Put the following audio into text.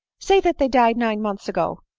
say that they died nine months ago,